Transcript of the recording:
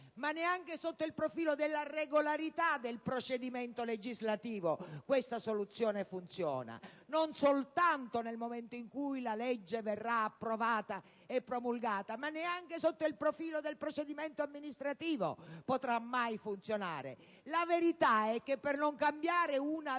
Ma neanche sotto il profilo della regolarità del procedimento legislativo questa soluzione funziona. Non soltanto nel momento in cui la legge verrà approvata e promulgata, ma neanche sotto il profilo del procedimento amministrativo potrà mai funzionare. La verità è che per non cambiare una virgola